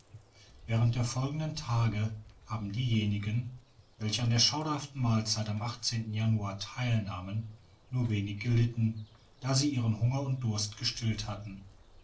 während der folgenden tage haben diejenigen welche an der schauderhaften mahlzeit am januar theil nahmen nur wenig gelitten da sie ihren hunger und durst gestillt hatten